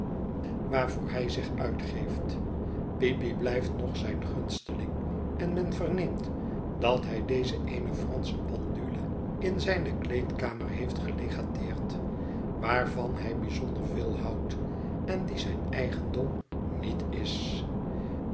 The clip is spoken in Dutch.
waarvoor hij zich uitgeeft peepy blijft nog zijn gunsteling en men verneemt dat hij dezen eene fransche pendule in zijne kleedkamer heeft gelegateerd waarvan hij bijzonder veel houdt en die zijn eigendom niet is